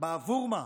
בעבור מה?